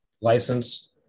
license